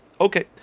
Okay